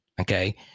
Okay